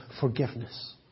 forgiveness